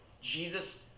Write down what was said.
Jesus